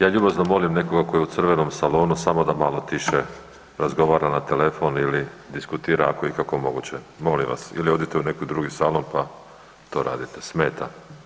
Ja ljubazno molim nekoga tko je u crvenom salonu samo da malo tiše razgovara na telefon ili diskutira ako je ikako moguće ili odite u neki drugi salon pa to radite, smeta.